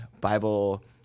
Bible